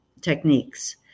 techniques